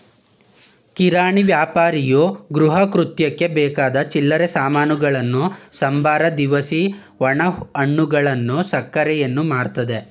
ಕಿರಾಣಿ ವ್ಯಾಪಾರಿಯು ಗೃಹಕೃತ್ಯಕ್ಕೆ ಬೇಕಾದ ಚಿಲ್ಲರೆ ಸಾಮಾನುಗಳನ್ನು ಸಂಬಾರ ದಿನಸಿ ಒಣಹಣ್ಣುಗಳು ಸಕ್ಕರೆಯನ್ನು ಮಾರ್ತವೆ